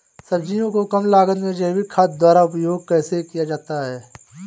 सब्जियों को कम लागत में जैविक खाद द्वारा उपयोग कैसे किया जाता है?